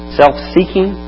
self-seeking